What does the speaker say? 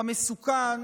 המסוכן